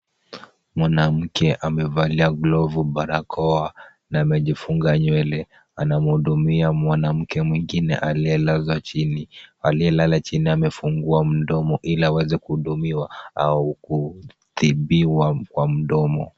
Mwanamke amevalia glovu, barakoa na amejifunga nywele. Anamhudumia mwanamke mwingine aliyelala chini amefungua mdomo ili aweze kuhudumiwa au kutibiwa kwa mdomo.